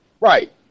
Right